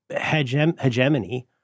hegemony